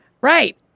Right